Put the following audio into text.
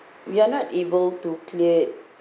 we are not able to cleared